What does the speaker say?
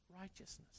righteousness